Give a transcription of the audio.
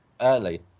early